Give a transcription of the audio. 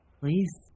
please